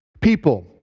people